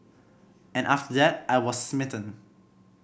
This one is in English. and after that I was smitten